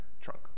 trunk